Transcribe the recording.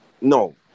no